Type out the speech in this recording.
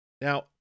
Now